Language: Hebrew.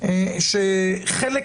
שום כלום,